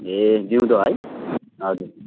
ए जिउँदो है हजुर